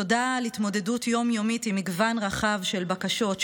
תודה על התמודדות יום-יומית עם מגוון רחב של בקשות,